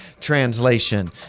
translation